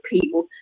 people